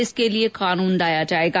इसके लिए कानून लाया जाएगा